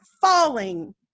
falling